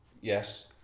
Yes